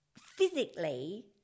physically